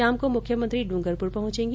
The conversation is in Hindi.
शाम को मुख्यमंत्री ड्रंगरपुर पहंचेगी